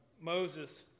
Moses